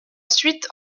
suite